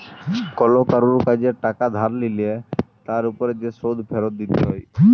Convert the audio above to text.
call কারুর কাজে টাকা ধার লিলে তার উপর যে শোধ ফিরত দিতে হ্যয়